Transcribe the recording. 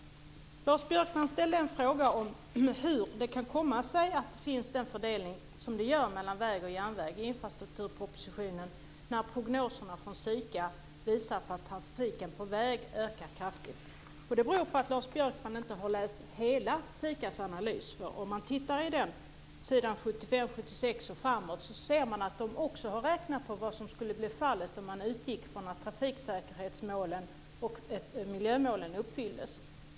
Lars Björkman ställde en fråga om hur det kan komma sig att det finns den fördelning som finns mellan väg och järnväg i infrastrukturpropositionen när prognoserna från SIKA visar på att trafiken på väg ökar kraftigt. Det beror på att Lars Björkman inte har läst hela SIKA:s analys. Om man tittar i den på s. 75, 76 och framåt ser man att den också har räknat på vad som skulle bli fallet om man utgick från att trafiksäkerhetsmålen och miljömålen uppfylldes.